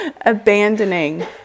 abandoning